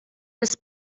this